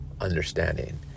understanding